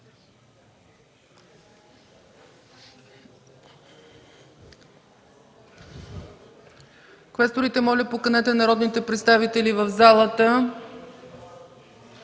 квесторите, поканете народните представители в залата